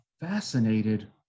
fascinated